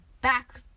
back